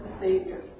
Savior